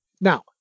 Now